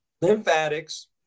lymphatics